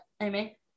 Amy